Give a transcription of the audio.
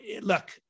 look